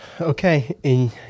Okay